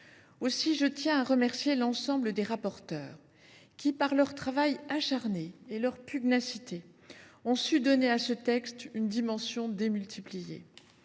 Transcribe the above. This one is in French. Je tiens à remercier l’ensemble des rapporteurs. Par leur travail acharné et leur pugnacité, ils ont su donner à ce texte une dimension démultipliée.